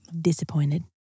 disappointed